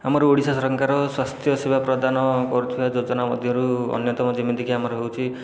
ଆମର ଓଡ଼ିଶା ସରକାର ସ୍ୱାସ୍ଥ୍ୟ ସେବା ପ୍ରଦାନ କରୁଥିବା ଯୋଜନା ମଧ୍ୟରୁ ଅନ୍ୟତମ ଯେମିତିକି ଆମର ହେଉଛି